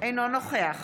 אינו נוכח